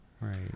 Right